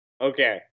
Okay